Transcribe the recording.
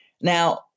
Now